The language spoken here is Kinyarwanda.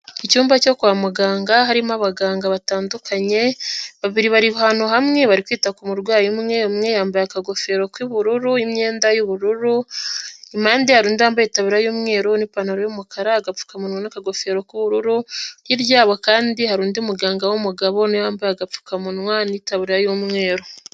Icyumba cyo kwa muganga harimo abaganga batandukanye, babiri bari ahantu hamwe bari kwita ku murwayi umwe, umwe yambaye akagofero k'ubururu n'imyenda y'ubururu, impande hari undi yambaye itaburiya y'umweru n'ipantaro y'umukara, agapfukamunwa n'akagofero k'ubururu, hirya yabo kandi hari undi muganga w'umugabo na we wambaye agapfukamunwa n'itabura y'umweru.